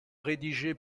rédigé